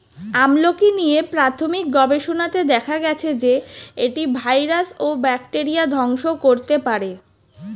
আমলকী নিয়ে প্রাথমিক গবেষণাতে দেখা গেছে যে, এটি ভাইরাস ও ব্যাকটেরিয়া ধ্বংস করতে পারে